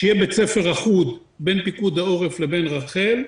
שיהיה בית ספר אחוד בין פיקוד העורף ובין רח"ל,